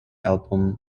album